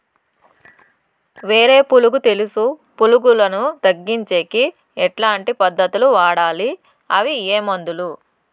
వేరు పులుగు తెలుసు పులుగులను తగ్గించేకి ఎట్లాంటి పద్ధతులు వాడాలి? అవి ఏ మందులు?